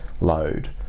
load